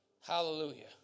Hallelujah